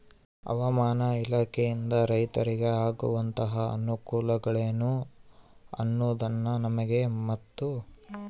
ಹವಾಮಾನ ಇಲಾಖೆಯಿಂದ ರೈತರಿಗೆ ಆಗುವಂತಹ ಅನುಕೂಲಗಳೇನು ಅನ್ನೋದನ್ನ ನಮಗೆ ಮತ್ತು?